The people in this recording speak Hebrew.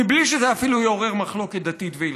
בלי שזה אפילו יעורר מחלוקת דתית והלכתית.